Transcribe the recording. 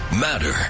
matter